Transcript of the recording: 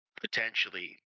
potentially